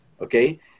okay